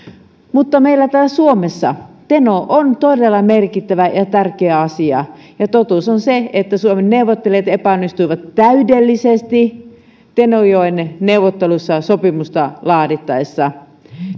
mutta meillä täällä suomessa teno on todella merkittävä ja tärkeä asia ja totuus on se että suomen neuvottelijat epäonnistuivat täydellisesti tenojoen neuvotteluissa sopimusta laadittaessa